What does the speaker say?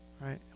right